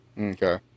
Okay